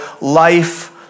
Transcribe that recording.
life